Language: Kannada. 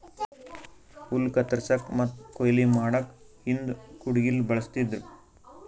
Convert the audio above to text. ಹುಲ್ಲ್ ಕತ್ತರಸಕ್ಕ್ ಮತ್ತ್ ಕೊಯ್ಲಿ ಮಾಡಕ್ಕ್ ಹಿಂದ್ ಕುಡ್ಗಿಲ್ ಬಳಸ್ತಿದ್ರು